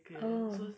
oh